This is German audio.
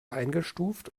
eingestuft